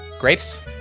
Grapes